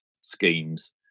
schemes